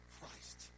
Christ